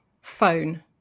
phone